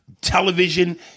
television